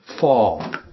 fall